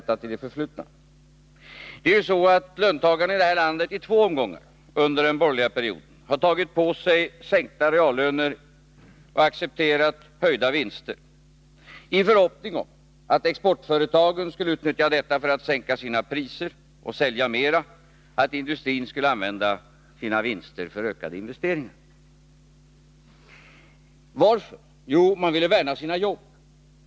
Under den borgerliga perioden har ju löntagarna i det här landet i två omgångar tagit på sig en sänkning av reallönerna och accepterat en höjning av vinsterna, detta i förhoppning om att exportföretagen skulle utnyttja situationen för att sänka priserna och sälja mera, så att industrin skulle kunna använda vinsterna för en ökning av investeringen. Varför? Jo, man ville värna sina jobb.